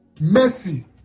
Mercy